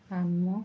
ଆମ